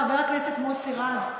חבר הכנסת מוסי רז,